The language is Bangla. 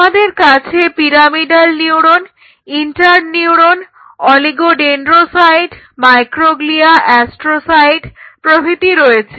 আমাদের কাছে pyramidal neuron interneuron oligodendrocyte microglia astrocyte প্রভৃতি রয়েছে